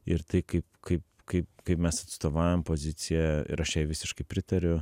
ir tai kaip kaip kaip kaip mes atstovaujam poziciją ir aš jai visiškai pritariu